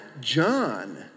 John